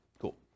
Cool